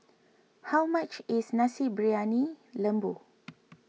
how much is Nasi Briyani Lembu